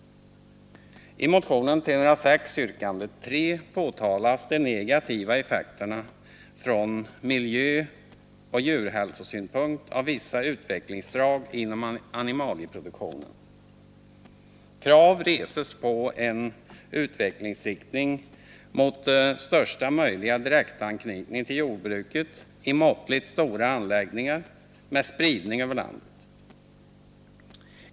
I motionen 306, yrkandet 3, påtalas de negativa effekterna från miljöoch djurhälsosynpunkt av vissa utvecklingsdrag inom animalieproduktionen. Krav reses på en utvecklingsinriktning mot största möjliga direktanknytning till jordbruket i måttligt stora anläggningar med spridning över landet.